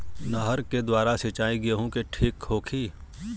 नहर के द्वारा सिंचाई गेहूँ के ठीक होखि?